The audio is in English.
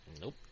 Nope